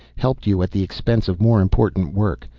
helped you at the expense of more important work.